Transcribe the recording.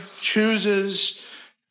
chooses